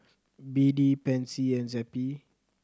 B D Pansy and Zappy